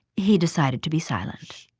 he decided to be silent.